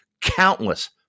countless